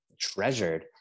treasured